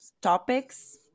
topics